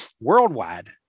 worldwide